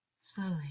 slowly